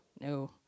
no